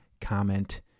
comment